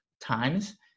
times